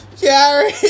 Gary